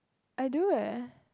I do eh